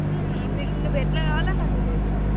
మీ నువ్వు ఎట్లా కావాలంటే అట్లా చేస్తాం